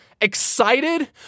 excited